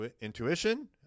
intuition